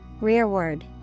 Rearward